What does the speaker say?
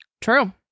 True